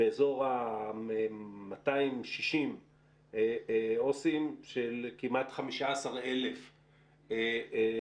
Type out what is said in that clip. אנחנו באזור ה-260 עובדים סוציאליים עם כמעט 15,000 תסקירים.